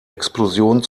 explosion